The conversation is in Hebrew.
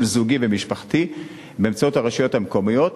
זוגי ומשפחתי באמצעות הרשויות המקומיות,